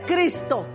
Cristo